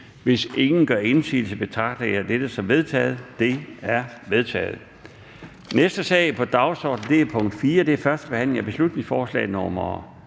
Hvis ingen gør indsigelse, betragter jeg dette som vedtaget. Det er vedtaget. --- Det næste punkt på dagsordenen er: 4) 1. behandling af beslutningsforslag nr.